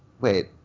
wait